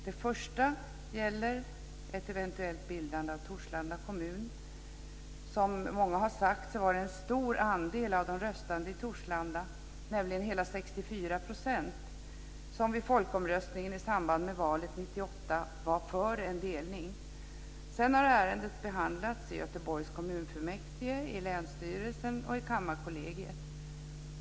Det första gäller ett eventuellt bildande av Torslanda kommun. Som många har sagt var det en stor andel av de röstande i Torslanda, hela 64,6 %, som vid folkomröstningen i samband med valet 1998 var för en delning. Ärendet har sedan behandlats i Göteborgs kommunfullmäktige, i länsstyrelsen och i Kammarkollegiet.